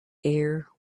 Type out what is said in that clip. air